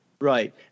Right